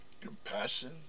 compassion